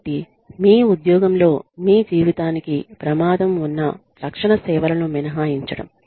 కాబట్టి మీ ఉద్యోగం లో మీ జీవితానికి ప్రమాదం ఉన్న రక్షణ సేవలను మినహాయించడం